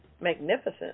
magnificent